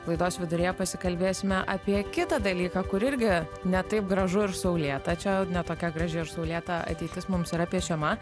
laidos viduryje pasikalbėsime apie kitą dalyką kur irgi ne taip gražu ir saulėta čia ne tokia graži ir saulėta ateitis mums yra piešiama